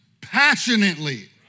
passionately